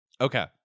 Okay